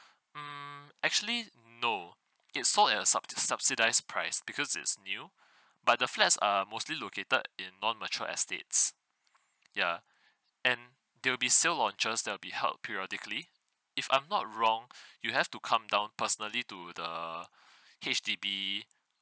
mm actually no it's sold at subs~ subsidies price because it's new but the flats are mostly located in non matured estates ya and there'll be sales launchers that'll be held periodically if I'm not wrong you have to come down personally to the H_D_B